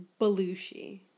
Belushi